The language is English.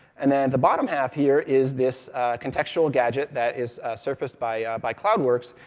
and then at the bottom half here is this contextual gadget that is surfaced by by cloud works,